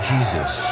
Jesus